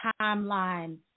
timeline